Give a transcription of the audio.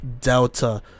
Delta